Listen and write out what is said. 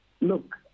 look